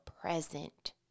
present